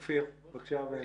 אופיר, בבקשה.